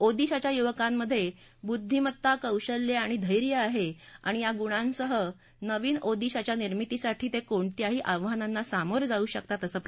ओदिशाच्या युवकांमध्ये बुद्वीमत्ता कौशल्य आणि धैर्य आहे आणि या गुणांसह नवीन ओदिशाच्या निर्मितीसाठी ते कोणत्याही आव्हानांना सामोरे जाऊ शकतात असं प्रधान म्हणाले